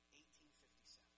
1857